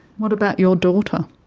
what about your daughter?